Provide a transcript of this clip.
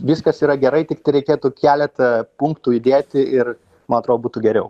viskas yra gerai tiktai reikėtų keletą punktų įdėti ir man atrodo būtų geriau